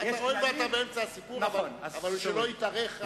הואיל ואתה באמצע הסיפור, אבל שלא יתארך.